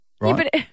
right